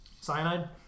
cyanide